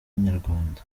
inyarwanda